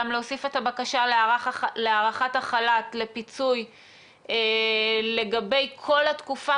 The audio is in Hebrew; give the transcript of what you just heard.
להוסיף את הבקשה להארכת החל"ת לפיצוי לגבי כל התקופה,